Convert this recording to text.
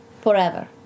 Forever